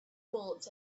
bullets